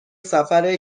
سفر